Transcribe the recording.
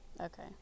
Okay